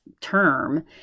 term